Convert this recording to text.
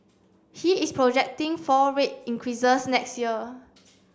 he is projecting four rate increases next year